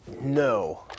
No